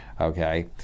Okay